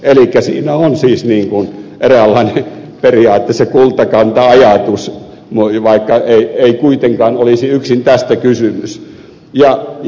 elikkä siinä on siis eräänlainen periaate se kultakanta ajatus vaikka kuitenkaan ei olisi yksin tästä kysymys ja j